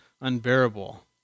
Unbearable